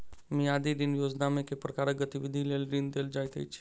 मियादी ऋण योजनामे केँ प्रकारक गतिविधि लेल ऋण देल जाइत अछि